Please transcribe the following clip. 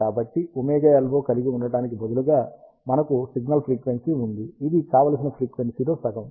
కాబట్టి ωLO కలిగి ఉండటానికి బదులుగా మనకు సిగ్నల్ ఫ్రీక్వెన్సీ ఉంది ఇది కావలసిన ఫ్రీక్వెన్సీలో సగం